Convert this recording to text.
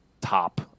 top